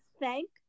thank